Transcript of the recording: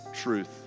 truth